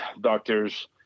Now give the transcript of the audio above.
doctors